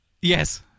Yes